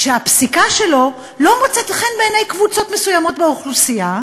שהפסיקה שלו לא מוצאת חן בעיני קבוצות מסוימות באוכלוסייה,